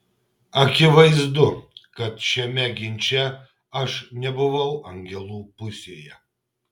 akivaizdu kad šiame ginče aš nebuvau angelų pusėje